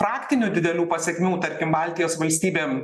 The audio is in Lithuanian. praktinių didelių pasekmių tarkim baltijos valstybėm